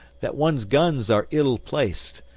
that one's guns are ill-placed,